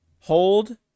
hold